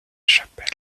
chapelle